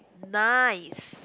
nice